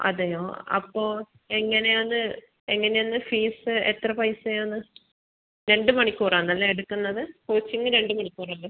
അതെയോ അപ്പോൾ എങ്ങനെയാണ് എങ്ങനെയാന്ന് ഫീസ് എത്ര പൈസയാന്ന് രണ്ട് മണിക്കൂറ് ആണല്ലേ എടുക്കുന്നത് കോച്ചിംഗ് രണ്ട് മണിക്കൂർ അല്ലേ സാർ